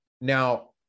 now